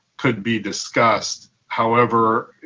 could be discussed, however,